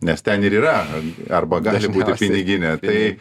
nes ten ir yra arba gali būti piniginė tai